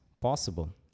possible